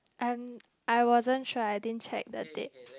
I'm I wasn't try I didn't check the date